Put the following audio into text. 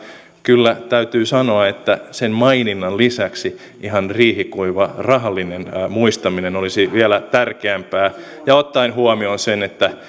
kyllä täytyy sanoa että sen maininnan lisäksi ihan riihikuiva rahallinen muistaminen olisi vielä tärkeämpää ja ottaen huomioon sen että